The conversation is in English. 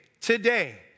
today